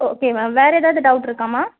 okay ma'am வேறு ஏதாவது doubt இருக்காம்மா